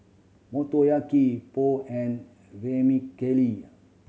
Motoyaki Pho and Vermicelli